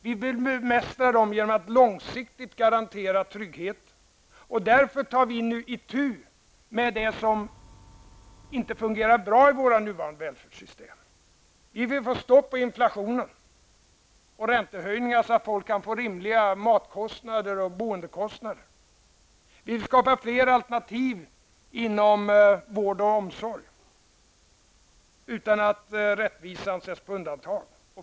Vi vill bemästra dem genom att långsiktigt garantera tryggheten. Därför tar vi nu itu med det som inte fungerar bra i vårt nuvarande välfärdssystem. Vi vill få stopp på inflationen och räntehöjningarna, så att folk kan få rimliga mat och boendekostnader. Vi vill skapa fler alternativ inom vård och omsorg, utan att rättvisan sätts på undantag.